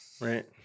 Right